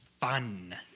fun